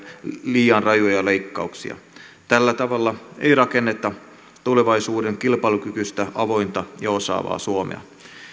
liian rajuja leikkauksia tällä tavalla ei rakenneta tulevaisuuden kilpailukykyistä avointa ja osaavaa suomea